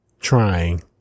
trying